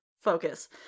focus